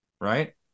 right